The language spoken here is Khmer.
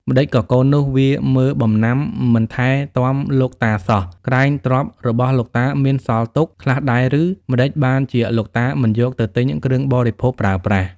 ម្តេចក៏កូននោះ វាមើលបំណាំមិនថែទាំលោកតាសោះ? ក្រែងទ្រព្យរបស់លោកតាមានសល់ទុក ខ្លះដែរឬ ម្តេចបានជាលោកតាមិនយកទៅទិញគ្រឿងបរិភោគប្រើប្រាស់ " ។